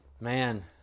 Man